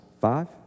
five